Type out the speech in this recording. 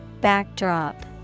Backdrop